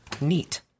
Neat